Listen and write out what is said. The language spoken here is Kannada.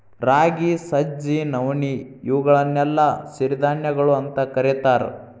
ರಾಗಿ, ಸಜ್ಜಿ, ನವಣಿ, ಇವುಗಳನ್ನೆಲ್ಲ ಸಿರಿಧಾನ್ಯಗಳು ಅಂತ ಕರೇತಾರ